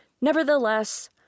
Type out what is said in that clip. Nevertheless